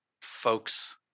folks